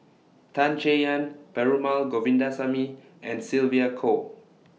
Tan Chay Yan Perumal Govindaswamy and Sylvia Kho